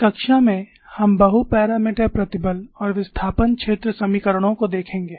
इस कक्षा में हम बहु मापदण्ड प्रतिबल और विस्थापन क्षेत्र समीकरणों को देखेंगे